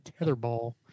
Tetherball